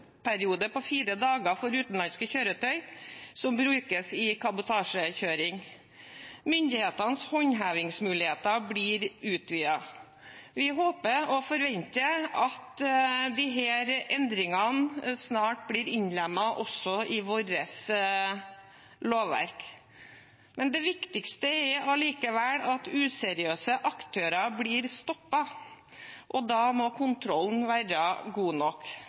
på fire dager for utenlandske kjøretøy som brukes i kabotasjekjøring. Myndighetenes håndhevingsmuligheter blir utvidet. Vi håper og forventer at disse endringene snart blir innlemmet også i vårt lovverk. Det viktigste er allikevel at useriøse aktører blir stoppet, og da må kontrollen være god nok.